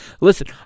listen